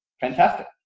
fantastic